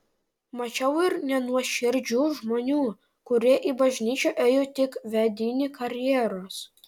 mačiau ir nenuoširdžių žmonių kurie į bažnyčią ėjo tik vedini karjeros